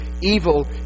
evil